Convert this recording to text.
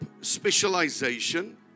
specialization